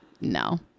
No